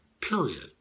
period